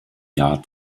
jahr